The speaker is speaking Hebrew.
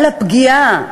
על הפגיעה,